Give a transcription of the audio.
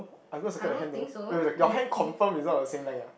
I'm going to circle the hand though wait wait your hand confirm is not the same length ah